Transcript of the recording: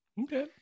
Okay